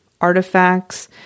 artifacts